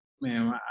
man